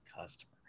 customer